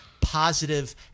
positive